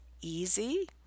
easy